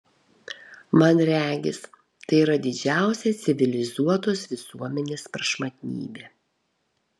man regis tai yra didžiausia civilizuotos visuomenės prašmatnybė